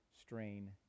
strain